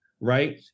right